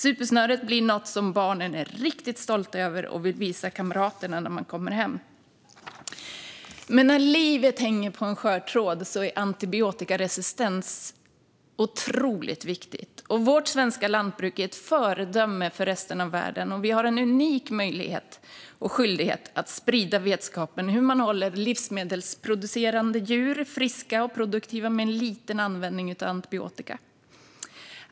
Supersnöret blir något som barnen är riktigt stolta över och vill visa kamraterna när de kommer hem. Men när livet hänger på en skör tråd är frågan om antibiotikaresistens otroligt viktig. Vårt svenska lantbruk är ett föredöme för resten av världen, och vi har en unik möjlighet och skyldighet att sprida vetskapen om hur man håller livsmedelsproducerande djur friska och produktiva med en liten användning av antibiotika.